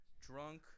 Drunk